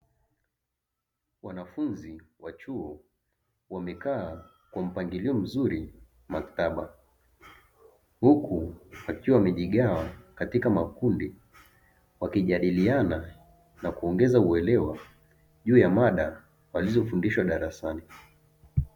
Wanafunzi wa chuo wamekaa kwa mpangilio mzuri maktaba, huku wakiwa wamejigawa katika makundi wakijadiliana na kuongeza uelewa juu ya mada walizofundishwa darasani.